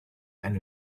and